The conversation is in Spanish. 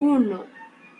uno